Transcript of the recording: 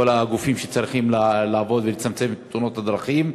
כל הגופים שצריכים לעבוד ולצמצם את תאונות הדרכים,